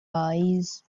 eyes